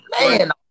man